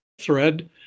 thread